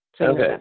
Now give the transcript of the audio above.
okay